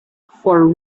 for